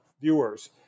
viewers